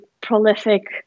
prolific